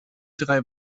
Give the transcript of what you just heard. drei